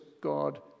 God